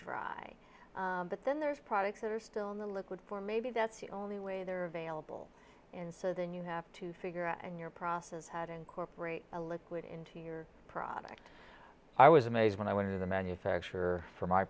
dry but then there's products that are still in the liquid form maybe that's the only way they're available in so then you have to figure out in your process had incorporate a liquid into your product i was amazed when i went to the manufacturer for my